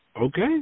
Okay